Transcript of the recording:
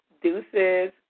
Deuces